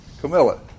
Camilla